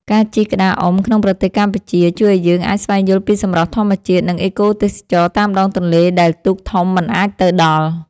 ការជិះក្តារអុំក្នុងប្រទេសកម្ពុជា ជួយឱ្យយើងអាចស្វែងយល់ពីសម្រស់ធម្មជាតិ និងអេកូទេសចរណ៍តាមដងទន្លេដែលទូកធំមិនអាចទៅដល់។